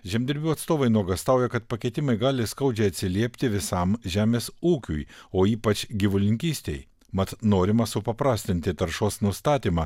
žemdirbių atstovai nuogąstauja kad pakeitimai gali skaudžiai atsiliepti visam žemės ūkiui o ypač gyvulininkystei mat norima supaprastinti taršos nustatymą